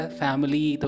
family